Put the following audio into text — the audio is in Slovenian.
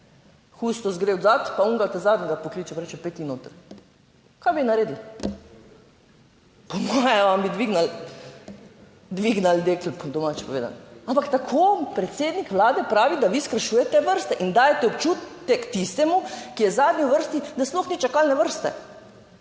Kustos gre oddati, pa onega zadnjega pokliče, pa reče, pojdi ti noter. Kaj bi naredili? Po mojem vam bi dvignili, dvignili dekl, po domače povedano. Ampak tako, predsednik Vlade pravi, da vi skrajšujete vrste in dajete občutek tistemu, ki je zadnji v vrsti, da sploh ni čakalne vrste,